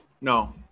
No